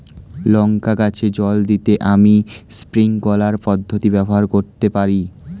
লঙ্কা গাছে জল দিতে আমি স্প্রিংকলার পদ্ধতি ব্যবহার করতে পারি?